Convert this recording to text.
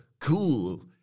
cool